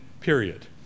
period